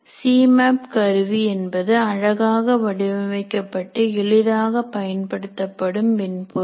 சிமேப் கருவி என்பது அழகாக வடிவமைக்கப்பட்டு எளிதாக பயன்படும் மென்பொருள்